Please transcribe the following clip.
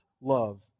love